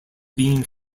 being